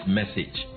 message